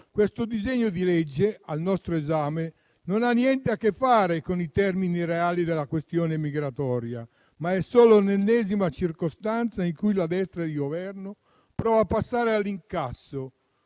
il disegno di legge al nostro esame non ha niente a che fare con i termini reali della questione migratoria, ma è solo l'ennesima circostanza in cui la destra di Governo prova a passare all'incasso,